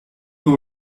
who